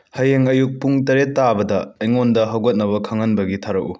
ꯍꯌꯦꯡ ꯑꯌꯨꯛ ꯄꯨꯡ ꯇꯔꯦꯠ ꯇꯥꯕꯗ ꯑꯩꯉꯣꯟꯗ ꯍꯧꯒꯠꯅꯕ ꯈꯡꯍꯟꯕꯒꯤ ꯊꯥꯔꯛꯎ